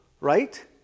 right